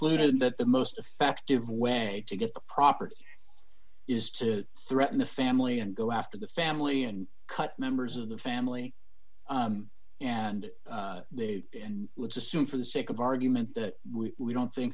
concluded that the most effective way to get the property is to threaten the family and go after the family and cut members of the family and they and let's assume for the sake of argument that we don't think